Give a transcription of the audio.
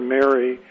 Mary